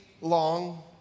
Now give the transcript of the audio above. long